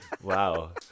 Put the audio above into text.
Wow